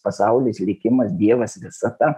pasaulis likimas dievas visata